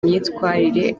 imyitwarire